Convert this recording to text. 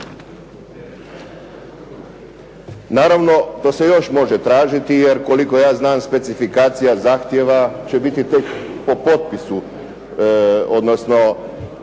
Naravno, to se još može tražiti jer koliko ja znam specifikacija zahtjeva će biti tek po potpisu odnosno